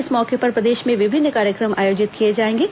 इस मौके पर प्रदेश में विभिन्न कार्यक्रम आयोजित किए जाएंगे